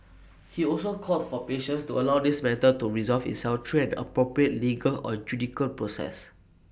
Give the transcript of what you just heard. he also called for patience to allow this matter to resolve itself through an appropriate legal or judicial process